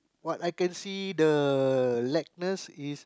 but I can see the lackness is